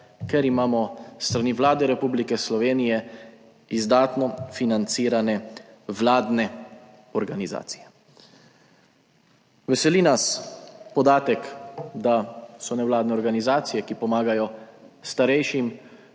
ker imamo s strani Vlade Republike Slovenije izdatno financirane vladne organizacije. Veseli nas podatek, da so nevladne organizacije, ki pomagajo starejšim,